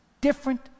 different